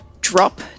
drop